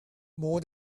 more